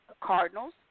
Cardinals